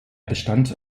bestand